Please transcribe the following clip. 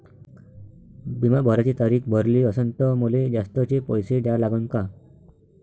बिमा भराची तारीख भरली असनं त मले जास्तचे पैसे द्या लागन का?